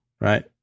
right